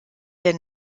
der